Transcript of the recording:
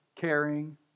caring